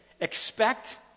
expect